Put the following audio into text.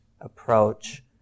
approach